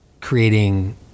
creating